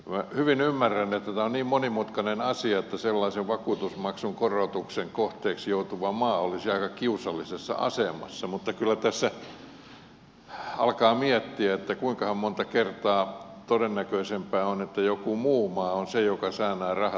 minä hyvin ymmärrän että tämä on niin monimutkainen asia että sellaisen vakuutusmaksun korotuksen kohteeksi joutuva maa olisi aika kiusallisessa asemassa mutta kyllä tässä alkaa miettiä että kuinkahan monta kertaa todennäköisempää on että joku muu maa on se joka saa nämä rahat kuin suomi